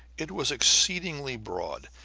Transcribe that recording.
it was exceedingly broad,